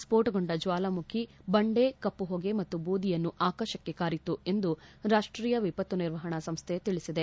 ಸ್ಪೋಟಗೊಂಡ ಜ್ವಾಲಾಮುಖ ಬಂಡೆ ಕಪ್ಪು ಹೊಗೆ ಮತ್ತು ಬೂದಿಯನ್ನು ಆಕಾಶಕ್ಷೆ ಕಾರಿತು ಎಂದು ರಾಷ್ಟೀಯ ವಿಪತ್ತು ನಿರ್ವಹಣಾ ಸಂಸ್ಥೆ ತಿಳಿಸಿದೆ